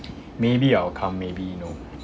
maybe I'll come maybe no